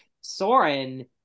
Soren